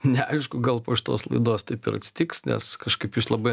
neaišku gal po šitos laidos taip ir atsitiks nes kažkaip jūs labai